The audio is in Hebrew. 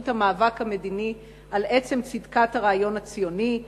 בחשיבות המאבק המדיני על עצם צדקת הרעיון הציוני,